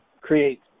create